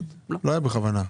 לא היה בכוונה.